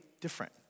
different